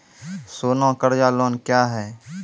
सोना कर्ज लोन क्या हैं?